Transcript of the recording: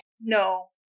No